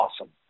awesome